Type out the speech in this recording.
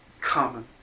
common